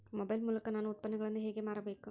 Mobile ಮೂಲಕ ನಾನು ಉತ್ಪನ್ನಗಳನ್ನು ಹೇಗೆ ಮಾರಬೇಕು?